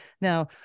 Now